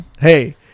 Hey